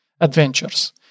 adventures